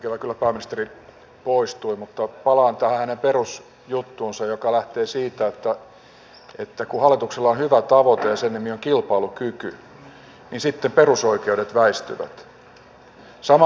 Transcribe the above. ikävä kyllä pääministeri poistui mutta palaan tähän hänen perusjuttuunsa joka lähtee siitä että kun hallituksella on hyvä tavoite ja sen nimi on kilpailukyky niin sitten perusoikeudet väistyvät